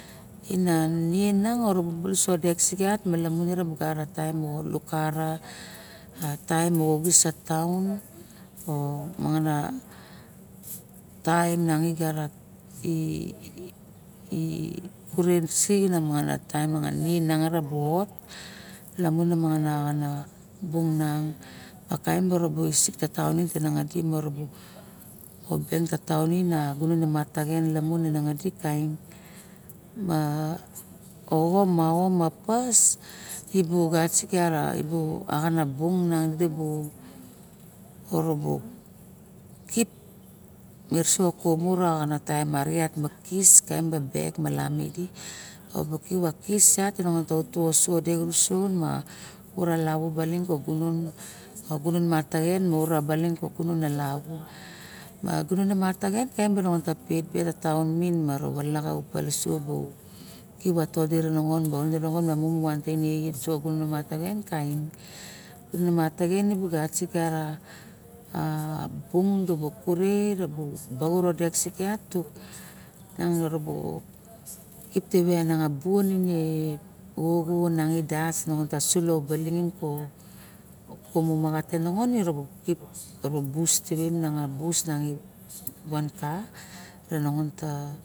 Ina ning nan iru bulus lamon taem moxo lukara a taem mo xis a toan o monongon taem i kurens xana taem moxa ina bu ot lamuna ana bung diot kaim bara visit ka taem murubu sik ka toan i visit ka komeng ka taon ning a gunong e axo ma ao ma pas ibu gat a axan a taem arixen ikis dek mak ikip a kis dek malamu ikip a kis lami a kubu kip gunon mataxen ura baling ka ura lavu, ma gunon i mataxen kaim bara nongon kaim bara taon meang marava bailing e lavu, kip e topi nongon kaim balisu kaim bara todi ke nongon uso gunong mtaxen kaen gunon matxen mataxen sigagara a bung ure aurat dek sigiat tuk nang dubu ki tive niamg we xoxnang idas tasulo baling ko kumu maxa us niang van kare nongon ta